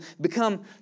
become